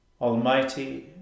Almighty